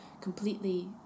completely